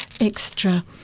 extra